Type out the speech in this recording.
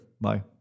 Bye